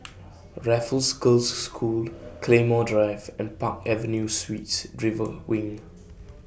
Raffles Girls' School Claymore Drive and Park Avenue Suites River Wing